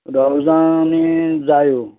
रोजां आनी जायो